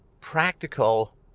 practical